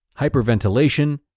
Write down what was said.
hyperventilation